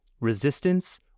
resistance